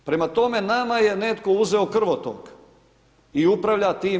Prema tome, nama je netko uzeo krvotok i upravlja tim